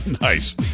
Nice